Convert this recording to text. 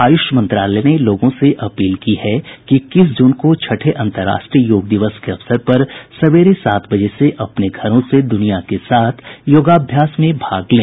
आयुष मंत्रालय ने लोगों से अपील की है कि इक्कीस जून को छठे अंतरराष्ट्रीय योग दिवस के अवसर पर सवरे सात बजे से अपने घरों से दुनिया के साथ योगाभ्यास में भाग लें